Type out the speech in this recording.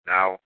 Now